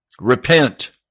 Repent